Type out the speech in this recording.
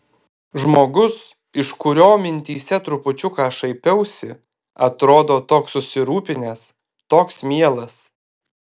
žmogus iš kurio mintyse trupučiuką šaipiausi atrodo toks susirūpinęs toks mielas